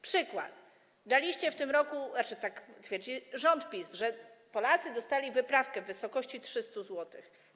Przykład: daliście w tym roku - to znaczy tak twierdzi rząd PiS, że Polacy to dostali - wyprawkę w wysokości 300 zł.